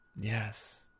Yes